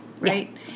right